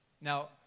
Now